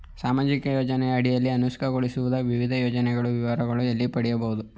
ಸಾಮಾಜಿಕ ಯೋಜನೆಯ ಅಡಿಯಲ್ಲಿ ಅನುಷ್ಠಾನಗೊಳಿಸುತ್ತಿರುವ ವಿವಿಧ ಯೋಜನೆಗಳ ವಿವರಗಳನ್ನು ಎಲ್ಲಿ ಪಡೆಯಬಹುದು?